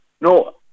no